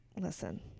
listen